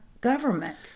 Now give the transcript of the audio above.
government